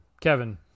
Kevin